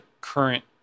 current